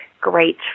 great